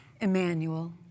Emmanuel